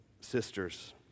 sisters